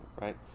right